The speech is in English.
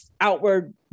outward